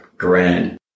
grand